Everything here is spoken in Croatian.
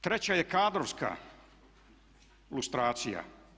Treća je kadrovska lustracija.